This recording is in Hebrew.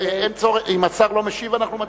אם השר לא משיב אנחנו מצביעים,